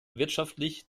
wirtschaftlich